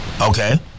Okay